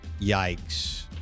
Yikes